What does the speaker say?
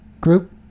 group